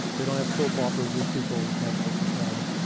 they don't have soap operas with people with multiple personality.